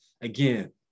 Again